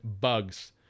bugs